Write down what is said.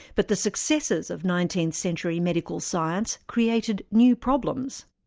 but the successes of nineteenth century medical science created new problems.